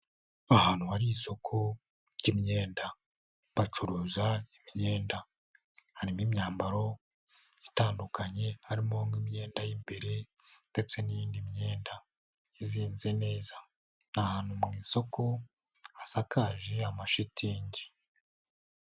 Ahantu hari isoko ry'imyenda bacuruza imyenda, harimo imyambaro itandukanye harimo nk'imyenda y'imbere ndetse n'iyindi myenda izinze neza, ni ahantu mu isoko hasakaje amashitingi.